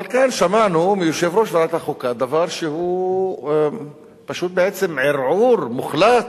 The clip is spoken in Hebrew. אבל כאן שמענו מיושב-ראש ועדת החוקה דבר שהוא פשוט בעצם ערעור מוחלט